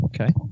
Okay